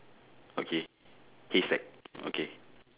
okay haystack okay